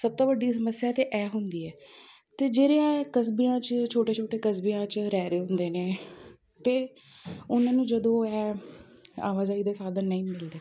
ਸਭ ਤੋਂ ਵੱਡੀ ਸਮੱਸਿਆ ਤਾਂ ਇਹ ਹੁੰਦੀ ਹੈ ਅਤੇ ਜਿਹੜੇ ਇਹ ਕਸਬਿਆਂ 'ਚ ਛੋਟੇ ਛੋਟੇ ਕਸਬਿਆਂ 'ਚ ਰਹਿ ਰਹੇ ਹੁੰਦੇ ਨੇ ਅਤੇ ਉਹਨਾਂ ਨੂੰ ਜਦੋਂ ਹੈ ਆਵਾਜਾਈ ਦੇ ਸਾਧਨ ਨਹੀਂ ਮਿਲਦੇ